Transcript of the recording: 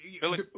Billy